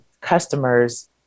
customer's